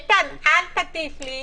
איתן, אל תטיף לי.